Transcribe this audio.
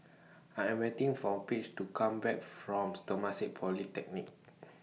I Am waiting For Paige to Come Back from Temasek Polytechnic